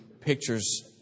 pictures